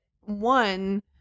one